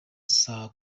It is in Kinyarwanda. saa